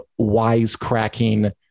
wisecracking